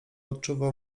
odczuwał